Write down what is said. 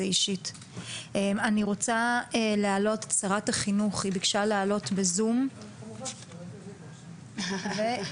בשביל נושא כזה חשוב אני מוכן להגיע בשמחה.